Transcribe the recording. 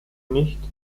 nicht